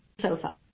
sofa